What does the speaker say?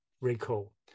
recall